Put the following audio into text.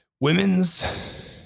Women's